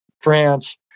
France